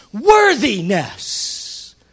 worthiness